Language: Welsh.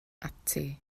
ati